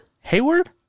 Hayward